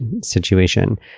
situation